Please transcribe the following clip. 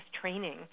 training